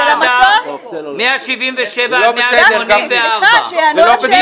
ולמטוס ------ אל תספרו לנו סיפורים.